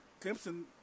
Clemson